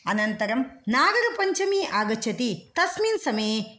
अनन्तरं नागपञ्चमी आगच्छति तस्मिन् समये